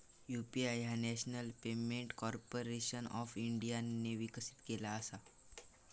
UPI ह्या National Payment Corporation of इंडियाने विकसित केला असा